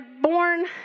born